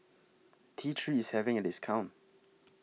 T three IS having A discount